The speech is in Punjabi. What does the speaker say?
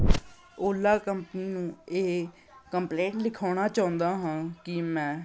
ਓਲਾ ਕੰਪਨੀ ਨੂੰ ਇਹ ਕੰਪਲੇਂਟ ਲਿਖਾਉਣਾ ਚਾਹੁੰਦਾ ਹਾਂ ਕਿ ਮੈਂ